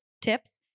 tips